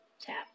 tap